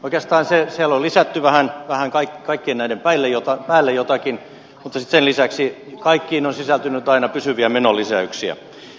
oikeastaan siellä on lisätty vähän kaikkien näiden päälle jotakin mutta sitten sen lisäksi kaikkiin on sisältynyt aina pysyviä menolisäyksiä